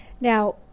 Now